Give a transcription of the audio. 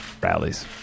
rallies